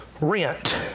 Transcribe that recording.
rent